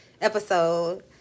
episode